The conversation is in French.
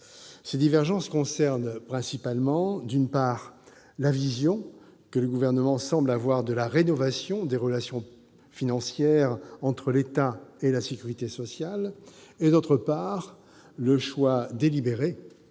Ces divergences portent principalement, d'une part, sur la vision que le Gouvernement semble avoir de la rénovation des relations financières entre l'État et la sécurité sociale et, d'autre part, sur le choix délibéré